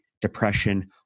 depression